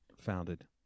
founded